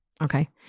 Okay